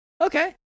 okay